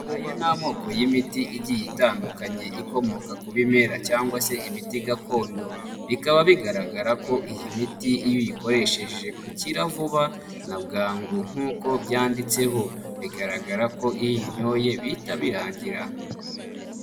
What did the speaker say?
Aya ni amoko y'imiti igiye itandukanye ikomoka ku bimera, cyangwa se imiti gakondo, bikaba bigaragara ko iyi miti iyo uyikoresheje ukira vuba na bwangu, nk'uko byanditseho, bigaragara ko iyo uyinyoye bihita birangira.